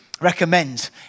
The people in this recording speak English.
Recommend